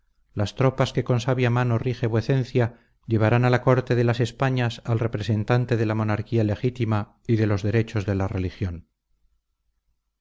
las tropas que con sabia mano rige vuecencia llevarán a la corte de las españas al representante de la monarquía legítima y de los derechos de la religión